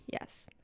Yes